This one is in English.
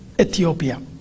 Ethiopia